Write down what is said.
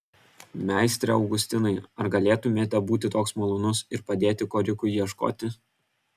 meistre augustinai ar galėtumėte būti toks malonus ir padėti korikui ieškoti